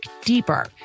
deeper